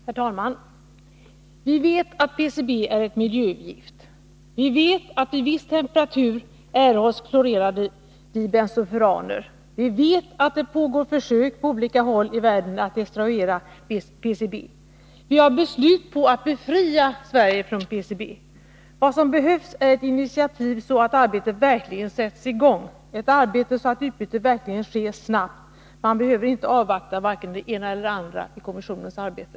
Herr talman! Vi vet att PCB är ett miljögift. Vi vet att vid viss temperatur erhålls klorerade dibensofuraner. Vi vet att det pågår försök på olika håll i världen att destruera PCB. Vi har beslut på att befria Sverige från PCB. Vad som behövs är ett initiativ så att arbetet verkligen sätts i gång, ett arbete så att utbytet verkligen sker snabbt. Man behöver inte avvakta vare sig det ena eller det andra i kommissionens arbete.